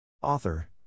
Author